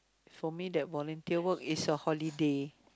for me that volunteer work is a holiday